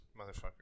Motherfucker